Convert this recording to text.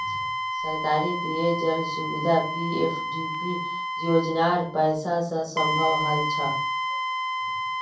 सरकारी पेय जल सुविधा पीएफडीपी योजनार पैसा स संभव हल छ